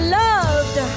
loved